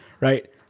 right